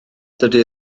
dydy